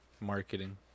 marketing